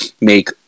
make